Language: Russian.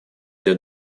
для